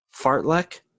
Fartlek